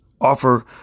offer